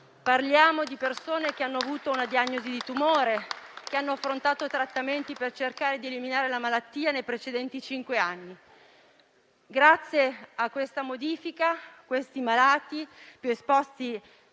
Parliamo di persone che hanno avuto una diagnosi di tumore e che hanno affrontato trattamenti per cercare di eliminare la malattia nei precedenti cinque anni. Grazie a questa modifica, i malati più esposti